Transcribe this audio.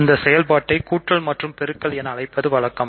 அந்த செயல்பாட்டை கூட்டல் மற்றும் பெருக்கல் என அழைப்பது வழக்கம்